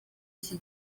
iki